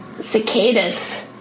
Cicadas